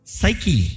Psyche